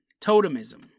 Totemism